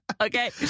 Okay